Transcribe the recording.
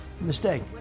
Mistake